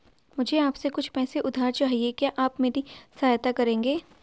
मुझे आपसे कुछ पैसे उधार चहिए, क्या आप मेरी सहायता करेंगे?